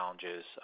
challenges